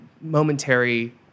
momentary